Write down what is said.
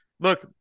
Look